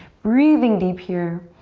breathing deep here.